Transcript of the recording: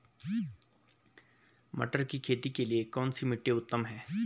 मटर की खेती के लिए कौन सी मिट्टी उत्तम है?